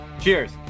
Cheers